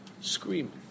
screaming